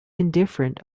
indifferent